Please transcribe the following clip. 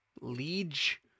liege